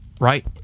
right